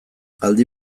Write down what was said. aldi